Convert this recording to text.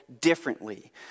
differently